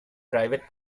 private